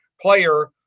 player